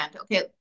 Okay